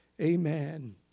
Amen